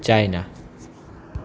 China